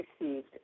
received